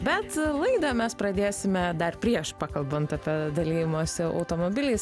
bet laidą mes pradėsime dar prieš pakalbant apie dalijimąsi automobiliais